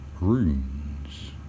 runes